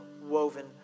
Woven